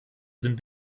sind